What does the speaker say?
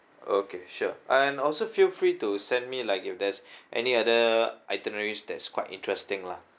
okay sure and also feel free to send me like if there's any other itineraries that's quite interesting lah